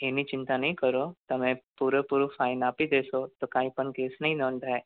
એની ચિંતા નહીં કરો તમે પૂરેપૂરો ફાઇન આપી દેશો તો કાંઇપણ કેસ નહીં નોંધાય